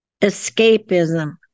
escapism